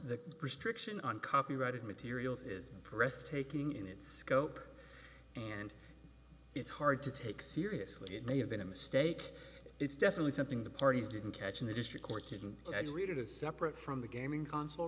the restriction on copyrighted materials is pressed taking in its scope and it's hard to take seriously it may have been a mistake it's definitely something the parties didn't catch in the district court didn't read it is separate from the gaming console